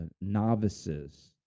novices